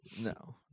No